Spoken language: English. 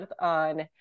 on